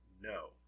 No